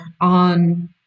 on